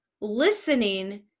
listening